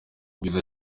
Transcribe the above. bwiza